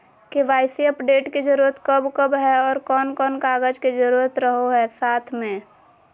KYC update के जरूरत कब कब है और कौन कौन कागज के जरूरत रहो है साथ में?